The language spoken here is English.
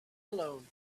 alone